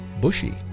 bushy